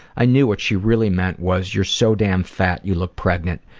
i knew what she really meant was you're so damn fat you look pregnant.